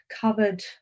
covered